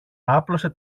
άπλωσε